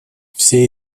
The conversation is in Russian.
все